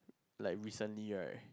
like recently right